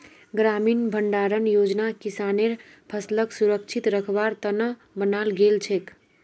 ग्रामीण भंडारण योजना किसानेर फसलक सुरक्षित रखवार त न बनाल गेल छेक